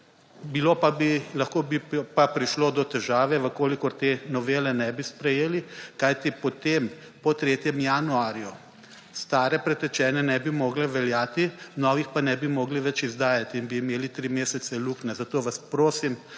Lahko bi pa prišlo do težave, v kolikor te novele ne bi sprejeli, kajti, potem po 3. januarju stare pretečene ne bi mogle veljati novih pa ne bi mogli več izdajati in bi imeli 3 mesece luknje, zato vas prosim,